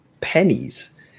pennies